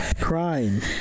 crime